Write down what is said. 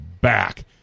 back